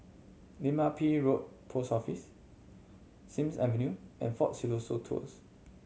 Lim Ah Pin Road Post Office Sims Avenue and Fort Siloso Tours